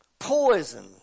Poison